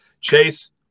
Chase